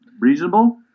Reasonable